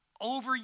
over